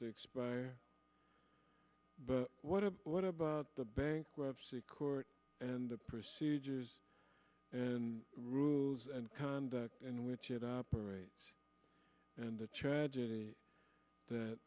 to expire but what about what about the bankruptcy court and the procedures and rules and conduct in which it operates and the tragedy that